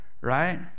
right